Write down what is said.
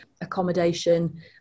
accommodation